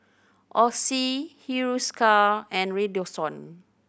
Oxy Hiruscar and Redoxon